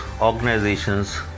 organizations